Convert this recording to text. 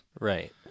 Right